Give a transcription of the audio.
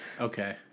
Okay